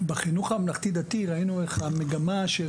בחינוך הממלכתי-דתי ראינו איך המגמה של